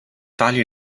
tali